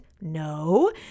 No